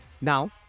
Now